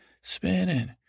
spinning